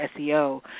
seo